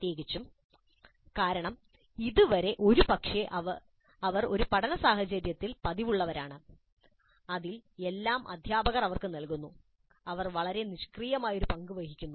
പ്രത്യേകിച്ചും കാരണം അതുവരെ ഒരുപക്ഷേ അവർ ഒരു പഠനസാഹചര്യത്തിൽ പതിവുള്ളവരാണ് അതിൽ എല്ലാം അധ്യാപകർ അവർക്ക് നൽകുന്നു അവർ വളരെ നിഷ്ക്രിയമായ ഒരു പങ്ക് വഹിക്കുന്നു